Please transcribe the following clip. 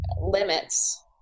limits